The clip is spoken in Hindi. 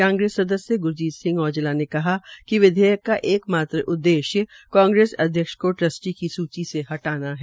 कांग्रेस सदस्य ग्रजीत औजला ने कहा कि विधेयक का एक मात्र उद्देश्य कांग्रेस अध्यक्ष को ट्रस्टी की सूची से हटाना है